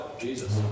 Jesus